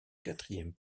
quatrième